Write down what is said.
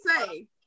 say